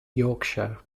yorkshire